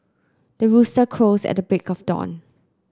the rooster crows at the break of dawn